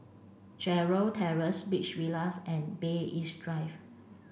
Gerald Terrace Beach Villas and Bay East Drive